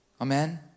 Amen